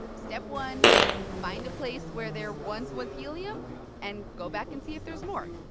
step one find a place where there once was helium and go back and see if there's more.